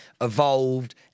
evolved